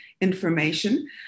information